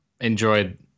enjoyed